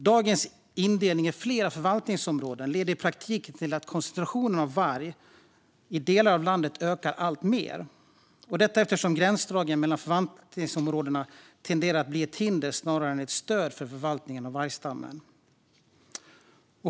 Dagens indelning i flera förvaltningsområden leder i praktiken till att koncentrationen av varg i delar av landet ökar alltmer, eftersom gränsdragningen mellan förvaltningsområdena tenderar att bli ett hinder snarare än ett stöd för förvaltningen av vargstammen.